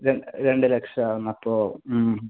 രണ്ട് ലക്ഷമാണ് അപ്പോൾ ഉം